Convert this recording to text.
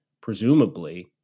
presumably